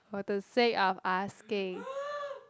for the sake of asking